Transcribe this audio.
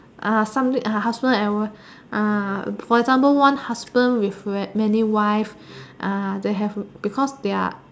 ah something ah husband and wife ah for example one husband with many wives ah that have because their